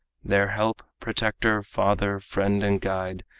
their help, protector, father, friend and guide.